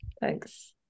Thanks